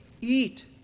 eat